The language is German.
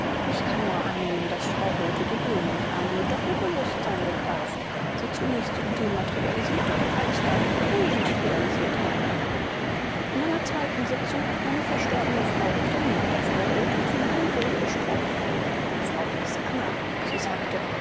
ich kann nur annehmen daß frau rothe die blumen in einem doppelbewußtsein gekauft sie zunächst dematerialisiert und alsdann rematerialisiert habe in einer zweiten sitzung hat meine verstorbene frau durch den mund der frau rothe zu meinem sohn gesprochen meine frau hieß anna sie sagte